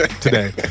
today